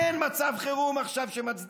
אין עכשיו מצב חירום שמצדיק